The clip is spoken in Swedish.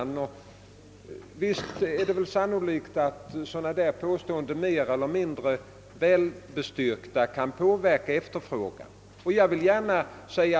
Visst är det sannolikt att sådana påståenden — mer eller mindre väl bestyrkta — kan påverka efterfrågan på varor av olika slag.